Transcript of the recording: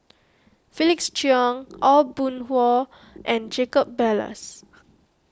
Felix Cheong Aw Boon Haw and Jacob Ballas